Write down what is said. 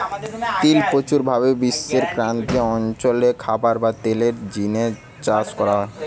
তিল প্রচুর ভাবি বিশ্বের ক্রান্তীয় অঞ্চল রে খাবার ও তেলের জিনে চাষ করা হয়